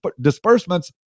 disbursements